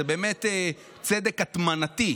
זה באמת צדק הטמנתי.